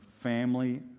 family